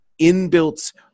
inbuilt